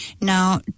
Now